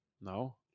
No